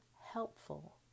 helpful